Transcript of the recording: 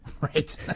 Right